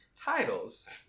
titles